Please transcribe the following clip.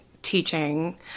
teaching